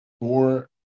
Four